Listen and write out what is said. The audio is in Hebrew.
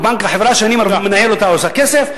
החברה שאני מנהל עושה כסף,